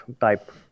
type